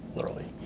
literally.